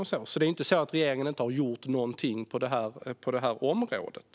Det är alltså inte så att regeringen inte har gjort någonting på det här området.